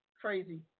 Crazy